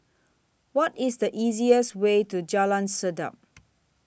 What IS The easiest Way to Jalan Sedap